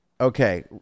Okay